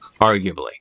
Arguably